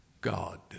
God